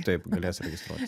taip galės registruotis